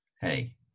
Hey